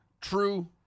true